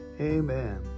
Amen